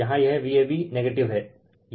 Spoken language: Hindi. यहाँ यह Vab नेगेटिव हैं